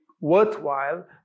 worthwhile